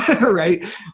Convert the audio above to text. right